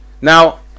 Now